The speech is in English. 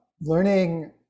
learning